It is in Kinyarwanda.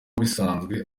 bisanzwe